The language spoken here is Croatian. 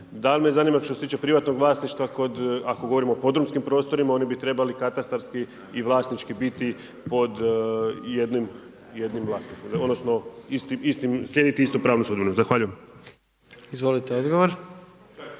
Dalje me zanima, što se tiče privatnog vlasništva, ako govorimo o podrumskim prostorima, oni bi trebali katastarski i vlasnički biti pod jednim vlasnikom, odnosno, slijediti istu pravnu sudbinu. Zahvaljujem. **Jandroković,